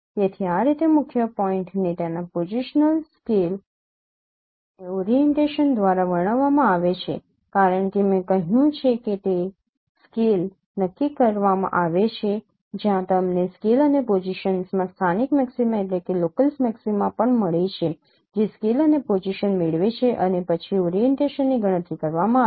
તેથી આ રીતે મુખ્ય પોઇન્ટને તેના પોઝિશનલ સ્કેલ અને ઓરિએન્ટેશન દ્વારા વર્ણવવામાં આવે છે કારણ કે મેં કહ્યું છે કે તે સ્કેલ તે નક્કી કરવામાં આવે છે જ્યાં તમને સ્કેલ અને પોઝિશન્સમાં સ્થાનિક મેક્સિમા પણ મળે છે જે સ્કેલ અને પોઝિશન મેળવે છે અને પછી ઓરિએન્ટેશનની ગણતરી કરવામાં આવે છે